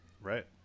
right